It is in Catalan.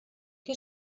que